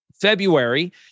February